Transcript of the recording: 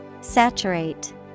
Saturate